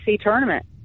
tournament